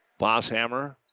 Bosshammer